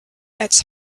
it’s